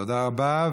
תודה רבה.